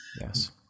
Yes